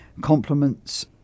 compliments